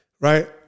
right